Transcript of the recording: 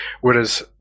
whereas